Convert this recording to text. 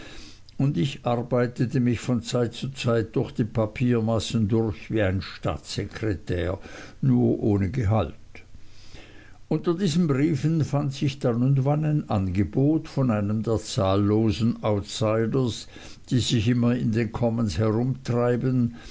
und ich arbeitete mich von zeit zu zeit durch die papiermassen durch wie ein staatssekretär nur ohne gehalt unter diesen briefen fand sich dann und wann ein angebot von einem der zahllosen outsiders die sich immer in den commons herumtreiben